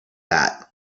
that